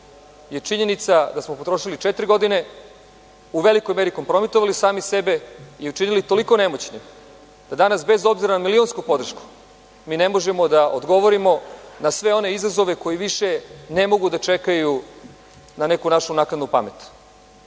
je činjenica da smo potrošili četiri godine, u velikoj meri kompromitovali sami sebe i učinili toliko nemoćnim da danas, bez obzira na milionsku podršku, mi ne možemo da odgovorimo na sve one izazove koji više ne mogu da čekaju na neku našu naknadnu